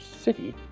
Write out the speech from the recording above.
city